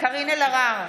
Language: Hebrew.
קארין אלהרר,